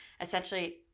essentially